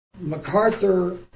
MacArthur